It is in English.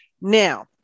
Now